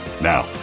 Now